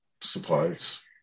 Supplies